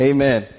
Amen